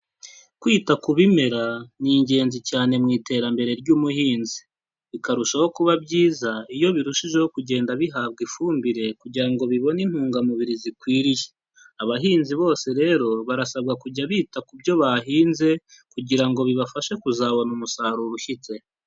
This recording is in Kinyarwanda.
Kwita ku bimera, ni ingenzi cyane mu iterambere ry'ubuhinzi. Bikarushaho kuba byiza, iyo birushijeho kugenda bihabwa ifumbire kugira ngo bibone intungamubiri zikwiriye. Abahinzi bose rero, barasabwa kujya bita ku byo bahinze kugira ngo bibafashe kuzabona umusaruro ushyitse.